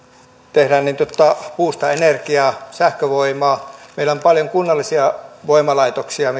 tehdään puusta energiaa sähkövoimaa ja meillä on paljon kunnallisia voimalaitoksia